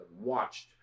watched